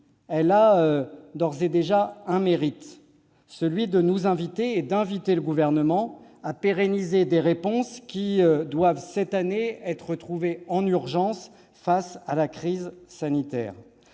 elle a d'ores et déjà un mérite : nous inviter et inviter le Gouvernement à pérenniser des réponses qui doivent être trouvées en urgence cette année face à la crise sanitaire.